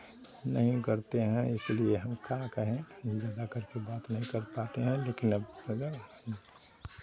नहीं करते हैं इसलिए हम क्या कहें हम ज़्यादा करके बात नहीं कर पाते हैं लेकिन अब